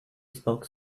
spoke